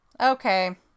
Okay